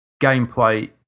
gameplay